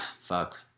fuck